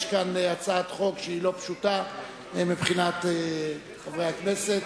יש כאן הצעת חוק לא פשוטה מבחינת חברי הכנסת.